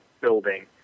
building